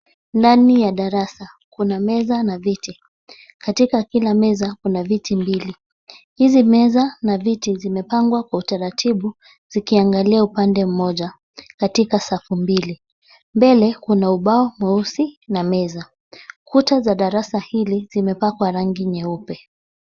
Ndani ya darasa kuna meza na viti. Katika kila meza kuna viti mbili. Hizi meza na viti zimepangwa kwa utaratibu zikiangalia upande moja, katika safu mbili. Mbele kuna ubao mweusi na meza, Kuta za darasa hili zimepakwa rangi nyeupe.